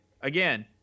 again